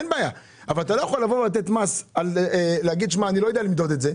אין בעיה אבל אתה לא יכול להגיד שאתה לא יודע למדוד את זה.